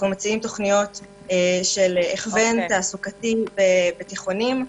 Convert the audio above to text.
תוכניות של הכוון תעסוקתי בתיכונים.